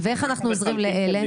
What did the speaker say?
איך אנחנו עוזרים לאלה?